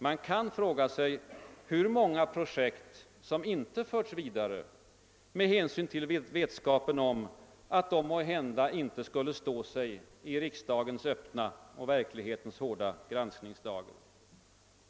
Man kan fråga sig, hur många projekt som icke förts vidare med hänsyn till vetskapen om att de måhända icke skulle ha stått sig i riksdagens öppna och verklighetens hårda granskningsdager.